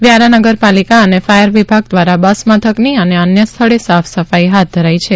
વ્યારા નગરપાલિકા અને ફાયર વિભાગ દ્વારા બસ મથકની અને અન્ય સ્થળે સાફસફાઇ હાથ ધરાઇ છે